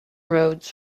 roads